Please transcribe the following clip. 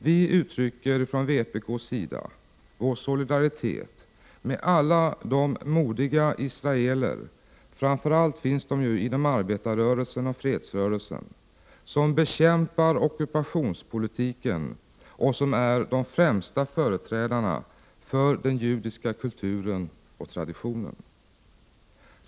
Vi från vpk uttrycker vår solidaritet med alla de modiga israeler — framför allt finns de inom arbetarrörelsen och fredsrörelsen — som bekämpar ockupationspolitiken och som är de främsta företrädarna för den judiska kulturen och traditionen.